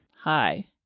Hi